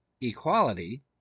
equality